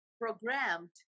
programmed